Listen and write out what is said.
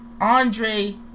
Andre